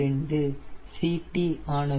2 CT ஆனது 0